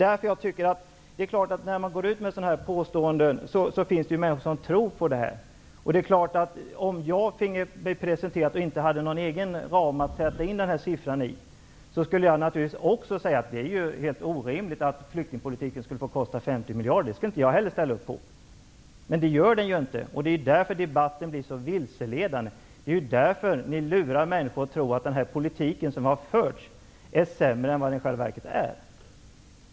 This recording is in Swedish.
När man går ut med sådana här påståenden finns det naturligtvis människor som tror på dem. Om jag finge den här siffran presenterad och inte hade någon egen ram att sätta in den i skulle jag naturligtvis också säga att det är helt orimligt att flyktingpolitiken skall få kosta 50 miljarder. Det skulle inte jag heller ställa upp på. Men det gör den ju inte! Det är därför den här debatten blir så vilseledande. Ni lurar människor att tro att den politik som har förts är sämre än vad den i själva verket är.